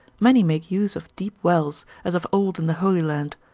many make use of deep wells, as of old in the holy land,